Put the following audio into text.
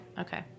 Okay